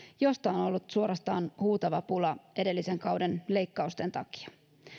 josta on on ollut suorastaan huutava pula edellisen kauden leikkausten takia